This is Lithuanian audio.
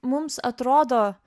mums atrodo